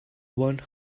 one